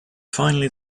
finally